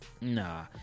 Nah